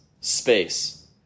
space